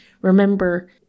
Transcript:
Remember